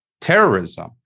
terrorism